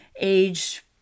age